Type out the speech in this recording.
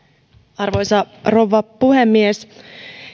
arvoisa rouva puhemies